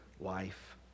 life